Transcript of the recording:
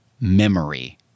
memory